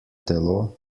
telo